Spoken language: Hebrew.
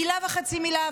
מילה וחצי מילה.